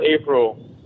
April